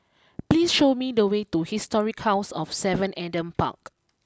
please show me the way to Historic house of seven Adam Park